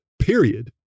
period